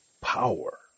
power